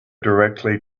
directly